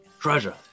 Treasure